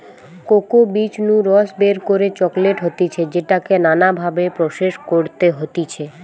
cocoa বীজ নু রস বের করে চকলেট হতিছে যেটাকে নানা ভাবে প্রসেস করতে হতিছে